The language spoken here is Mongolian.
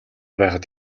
байхад